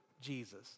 Jesus